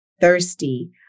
thirsty